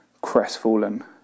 crestfallen